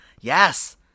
Yes